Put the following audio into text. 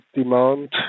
demand